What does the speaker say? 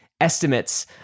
estimates